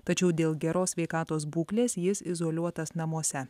tačiau dėl geros sveikatos būklės jis izoliuotas namuose